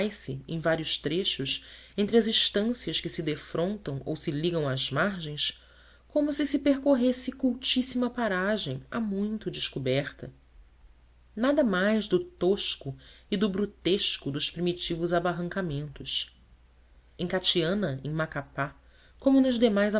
vai-se em vários trechos entre as estâncias que se defrontam ou se ligam às margens como se se percorresse cultíssima paragem há muito descoberta nada mais do tosco e do brutesco dos primitivos abarracamentos em gatiana em macapá como nas demais